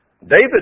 David